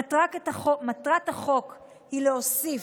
מטרת החוק היא להוסיף,